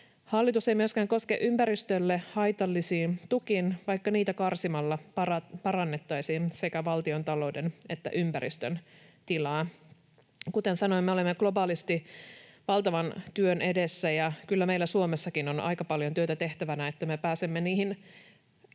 Hallitus ei myöskään koske ympäristölle haitallisiin tukiin, vaikka niitä karsimalla parannettaisiin sekä valtiontalouden että ympäristön tilaa. Kuten sanoin, me olemme globaalisti valtavan työn edessä, ja kyllä meillä Suomessakin on aika paljon työtä tehtävänä, että me pääsemme niihin